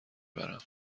برم